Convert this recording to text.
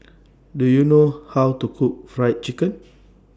Do YOU know How to Cook Fried Chicken